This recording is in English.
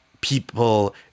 people